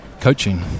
coaching